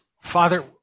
Father